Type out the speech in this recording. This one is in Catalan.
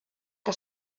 que